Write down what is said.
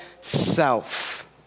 self